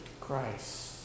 Christ